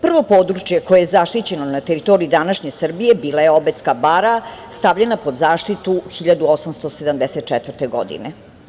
Prvo područje koje je zaštićeno na teritoriji današnje Srbije bila je Obedska bara, stavljena pod zaštitu 1874. godine.